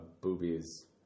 boobies